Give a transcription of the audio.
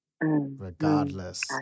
regardless